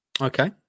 Okay